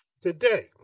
today